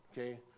okay